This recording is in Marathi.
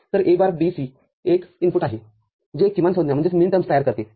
तर A बार B C एक इनपुटआहेजे एक किमान संज्ञा तयार करते